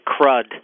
CRUD